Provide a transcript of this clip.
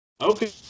Okay